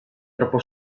troppo